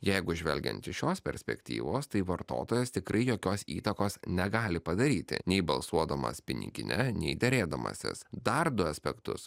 jeigu žvelgiant iš šios perspektyvos tai vartotojas tikrai jokios įtakos negali padaryti nei balsuodamas pinigine nei derėdamasis dar du aspektus